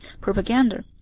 propaganda